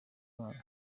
imana